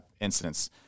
incidents